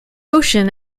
ocean